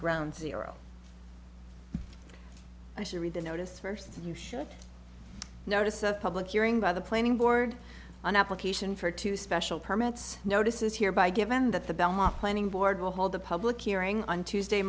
ground zero i should read the notice first and you should notice a public hearing by the planning board an application for two special permits notices here by given that the bellhop planning board will hold a public hearing on tuesday